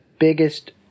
biggest